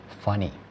funny